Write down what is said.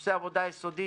עושה עבודה יסודית,